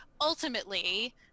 ultimately